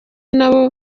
nabo